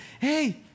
Hey